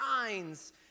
signs